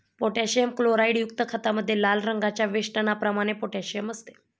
potassium क्लोराईडयुक्त खतामध्ये लाल रंगाच्या वेष्टनाप्रमाणे पोटॅशियम असते